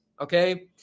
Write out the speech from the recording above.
okay